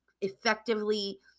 effectively